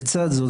לצד זאת,